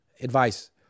advice